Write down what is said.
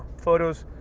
photos,